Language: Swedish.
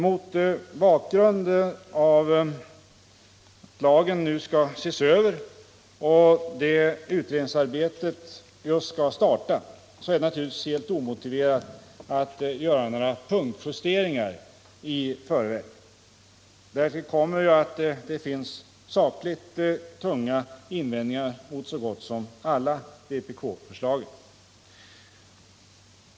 Mot bakgrund av att lagen nu skall ses över och utredningsarbetet just skall starta är det naturligtvis helt omotiverat att göra några punktjusteringar i förväg. Därtill kommer att det finns sakligt tunga invändningar mot så gott som alla vpk-förslagen.